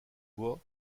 voie